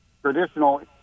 traditional